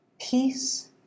peace